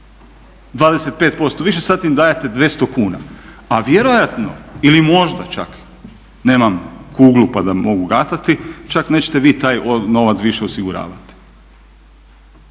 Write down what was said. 25% više, sad im dajete 200 kuna. A vjerojatno ili možda čak, nemam kuglu pa da mogu gatati, čak nećete vi taj novac više osiguravati.